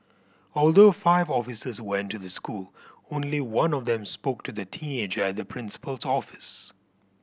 although five officers went to the school only one of them spoke to the teenager at the principal's office